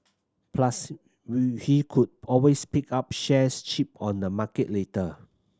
plus we he could always pick up shares cheap on the market later